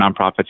nonprofits